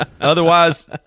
Otherwise